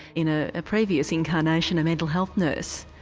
in ah a previous incarnation, a mental health nurse.